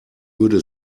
würde